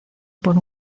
por